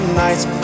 nights